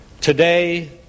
Today